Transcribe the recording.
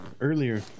Earlier